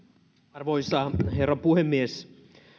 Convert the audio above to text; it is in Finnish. arvoisa herra puhemies